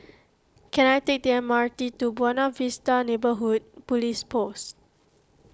can I take the M R T to Buona Vista Neighbourhood Police Post